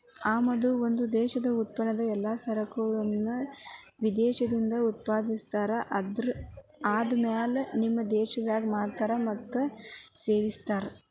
ಆಮದು ಒಂದ ಉತ್ಪನ್ನ ಎಲ್ಲಾ ಸೇವೆಯನ್ನ ವಿದೇಶದಾಗ್ ಉತ್ಪಾದಿಸ್ತಾರ ಆದರ ಆಮ್ಯಾಲೆ ನಿಮ್ಮ ದೇಶದಾಗ್ ಮಾರ್ತಾರ್ ಮತ್ತ ಸೇವಿಸ್ತಾರ್